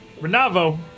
Renavo